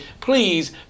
please